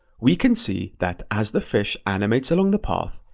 we can see that as the fish animates along the path,